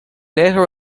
later